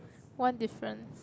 one difference